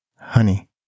honey